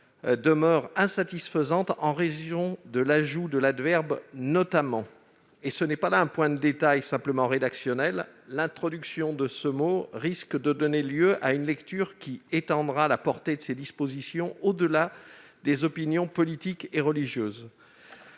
demeure insatisfaisante en raison de l'ajout de l'adverbe « notamment ». Il ne s'agit pas d'un point de détail simplement rédactionnel : l'introduction de ce mot risque de donner lieu à une lecture qui étendra la portée de ces dispositions au-delà des opinions politiques et religieuses.